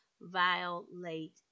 violate